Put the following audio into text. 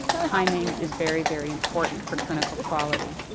timing is very, very important for clinical quality.